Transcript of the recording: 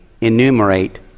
enumerate